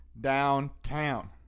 downtown